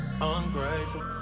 Ungrateful